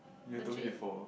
legit